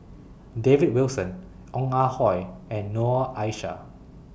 David Wilson Ong Ah Hoi and Noor Aishah